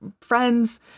friends